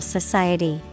Society